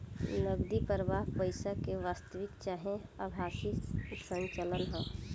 नगदी प्रवाह पईसा के वास्तविक चाहे आभासी संचलन ह